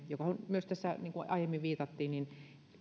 ja siihen niin kuin aiemmin viitattiin